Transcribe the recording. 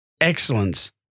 Excellence